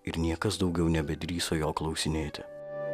ir niekas daugiau nebedrįso jo klausinėti